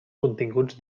continguts